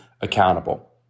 accountable